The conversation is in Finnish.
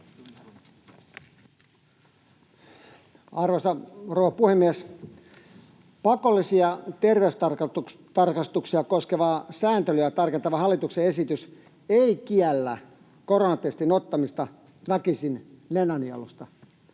rouva puhemies! Pakollisia ter-veystarkastuksia koskevaa sääntelyä tarkentava hallituksen esitys ei kiellä koronatestin ottamista väkisin nenänielusta.